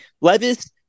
Levis